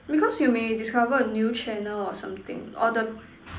because you may discover a new channel or something or the